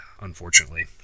unfortunately